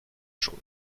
chose